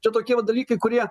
čia tokie va dalykai kurie